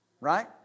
Right